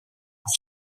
pour